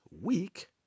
week